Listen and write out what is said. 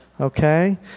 okay